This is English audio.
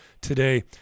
today